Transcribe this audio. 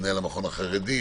מנהל המכון החרדי.